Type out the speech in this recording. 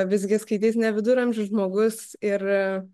visgi skaitys ne viduramžių žmogus ir